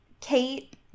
Kate